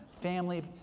family